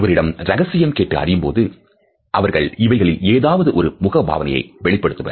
ஒருவரிடம் ரகசியம் கேட்டு அறியும்போது அவர்கள் இவைகளில் ஏதாவது ஒரு முக பாவனையை வெளிப்படுத்துவர்